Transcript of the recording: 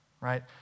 Right